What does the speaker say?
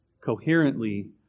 coherently